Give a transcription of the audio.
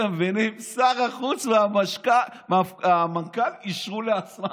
אתם מבינים, שר החוץ והמנכ"ל אישרו לעצמם.